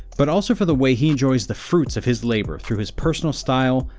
but also for the way he enjoys the fruit of his labor through his personal style,